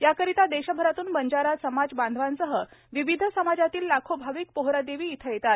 याकरिता देशभरातून बंजारा समाज बांधवांसह विविध समाजातील लाखो भाविक पोहरादेवी येथे येतात